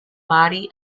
body